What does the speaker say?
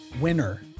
winner